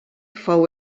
fou